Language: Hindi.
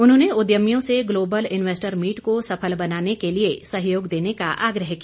उन्होंने उद्यमियों से ग्लोबल इन्वेस्टर मीट को सफल बनाने के लिए सहयोग देने का आग्रह किया